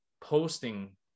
posting